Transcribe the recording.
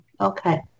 Okay